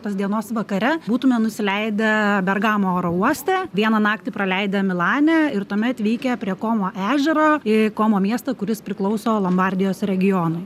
tos dienos vakare būtume nusileidę bergamo oro uoste vieną naktį praleidę milane ir tuomet veikia prie komo ežero į komo miestą kuris priklauso lombardijos regionui